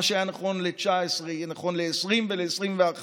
מה שהיה נכון ל-2019 יהיה נכון ל-2020 ול-2021,